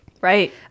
Right